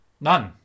None